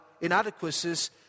inadequacies